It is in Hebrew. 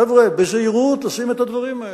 חבר'ה, בזהירות עושים את הדברים האלה.